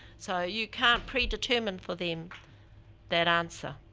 so, you can't predetermine for them that answer,